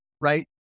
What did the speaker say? right